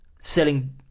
selling